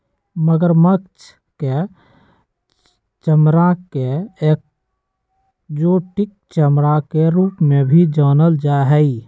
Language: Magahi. मगरमच्छ के चमडड़ा के एक्जोटिक चमड़ा के रूप में भी जानल जा हई